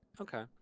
Okay